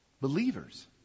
believers